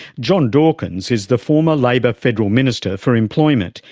john dawkins is the former labor federal minister for employment,